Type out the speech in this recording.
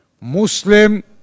Muslim